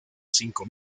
cinco